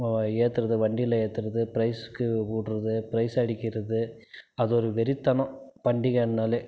ஏற்றுறது வண்டியில் ஏற்றுறது ப்ரைஸ்சுக்கு விடுறது ப்ரைஸ் அடிக்கிறது அது ஒரு வெறித்தனம் பண்டிகைன்னாலே